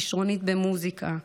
כישרונית במוזיקה,